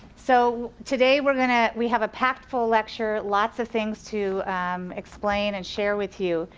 so today we're gonna, we have a packed full lecture, lots of things to explain and share with you.